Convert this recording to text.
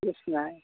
কৃষ্ণই